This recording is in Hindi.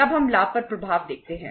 तब हम लाभ पर प्रभाव देखते हैं